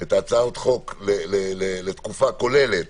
את הצעות החוק לתקופה כוללת,